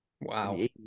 wow